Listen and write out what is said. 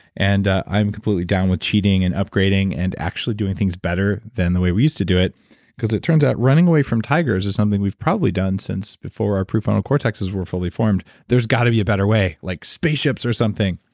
and i'm completely down with cheating and upgrading and actually doing things better than the way we used to do it because it turns out running away from tigers is something we've probably done since before our prefrontal cortex is really fully formed. there's got to be a better way like spaceships or something.